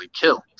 killed